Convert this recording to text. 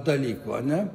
dalykų ane